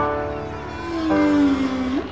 are you